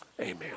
Amen